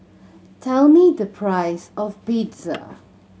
tell me the price of Pizza